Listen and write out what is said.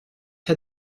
had